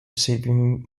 saving